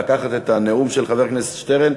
לקחת את הנאום של ח"כ שטרן,